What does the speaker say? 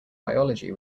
biology